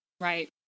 Right